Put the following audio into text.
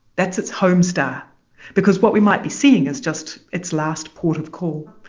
that's its home star because what we might be seeing is just its last port of call.